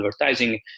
advertising